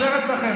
היא עוזרת לכם.